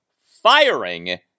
firing